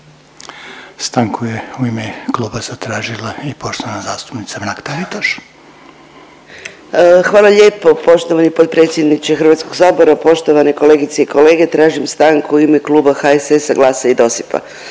Stanku je u ime kluba zatražila i poštovana zastupnica Mrak Taritaš. **Mrak-Taritaš, Anka (GLAS)** Hvala lijepo poštovani potpredsjedniče Hrvatskog sabora. Poštovane kolegice i kolege tražim stanku u ime Kluba HSS-a, GLAS-a i DOSIP-a.